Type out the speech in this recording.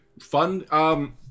fun